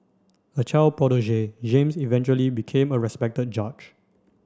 a child prodigy James eventually became a respected judge